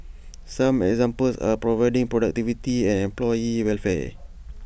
some examples are improving productivity and employee welfare